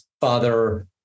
father